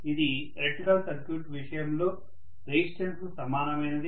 ఇది electric circuit విషయంలో resistance కు సమానమైనది